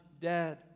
dead